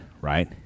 right